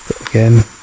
again